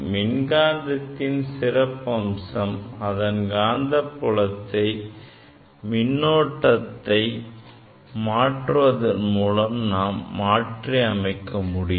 மின் காந்தத்தின் சிறப்பம்சம் அதன் காந்தப்புலத்தை மின்னோட்டத்தை மாற்றுவதன் மூலம் நாம் மாற்றி அமைக்க முடியும்